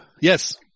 Yes